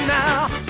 now